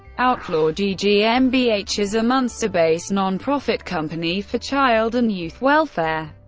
outlaw ggmbh is a munster based non-profit company for child and youth welfare.